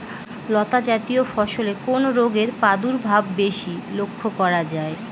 লতাজাতীয় ফসলে কোন রোগের প্রাদুর্ভাব বেশি লক্ষ্য করা যায়?